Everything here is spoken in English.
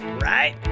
right